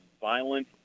violent